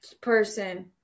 person